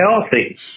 healthy